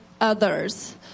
others